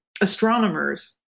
astronomers